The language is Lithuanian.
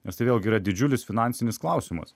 nes tai vėlgi yra didžiulis finansinis klausimas